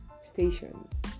stations